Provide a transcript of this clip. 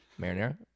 Marinara